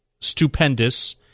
stupendous